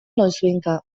noizbehinka